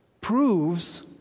proves